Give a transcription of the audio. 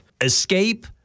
escape